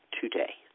today